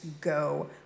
go